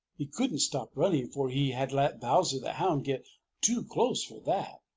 he couldn't stop running, for he had let bowser the hound get too close for that.